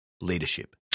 leadership